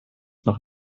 noch